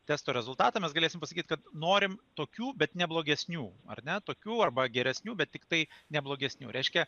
testo rezultatą mes galėsim pasakyt kad norim tokių bet ne blogesnių ar ne tokių arba geresnių bet tiktai ne blogesnių reiškia